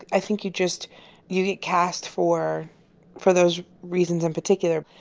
i think you just you get cast for for those reasons in particular.